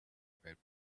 about